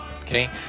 Okay